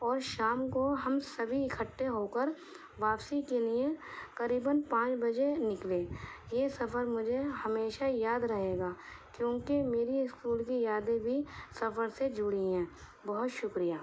اور شام کو ہم سبھی اکھٹے ہو کر واپسی کے لیے قریباً پانچ بجے نکلے یہ سفر مجھے ہمیشہ یاد رہے گا کیونکہ میرے اسکول کی یادیں بھی سفر سے جڑی ہیں بہت شکریہ